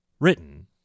Written